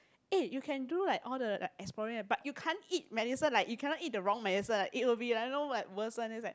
eh you can do like all the like exploring eh but you can't eat medicine like you cannot eat the wrong medicine ah it will be like no but worsen is like